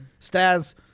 Staz